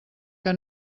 que